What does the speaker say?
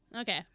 Okay